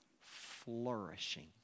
flourishing